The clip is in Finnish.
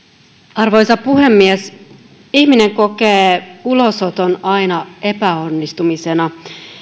arvoisa puhemies ihminen kokee ulosoton aina epäonnistumisena